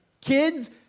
kids